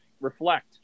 Reflect